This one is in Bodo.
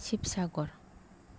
शिबसागर